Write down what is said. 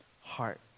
heart